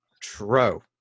True